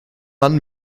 man